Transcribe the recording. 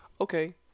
okay